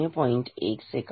1 second